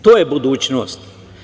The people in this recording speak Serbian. To je budućnost.